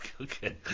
okay